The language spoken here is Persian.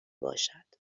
باشد